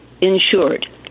insured